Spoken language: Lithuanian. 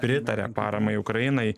pritaria paramai ukrainai